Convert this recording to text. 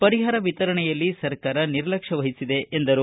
ಪರಿಹಾರ ವಿತರಣೆಯಲ್ಲಿ ಸರ್ಕಾರ ನಿರ್ಲಕ್ಷವಹಿಸಿದೆ ಎಂದರು